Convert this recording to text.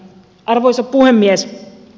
arvoisa puhemies